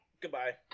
goodbye